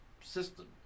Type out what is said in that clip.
system